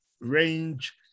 range